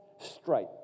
Straight